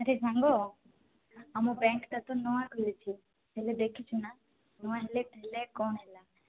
ଆରେ ସାଙ୍ଗ ଆମ ବ୍ୟାଙ୍କ୍ ଟା ତ ନୂଆ ଖୋଲିଛି ହେଲେ ଦେଖିଛୁ ନାଁ ନୂଆ ହେଲେ ଥିଲେ କଣ ହେଲା